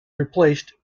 replaced